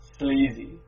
sleazy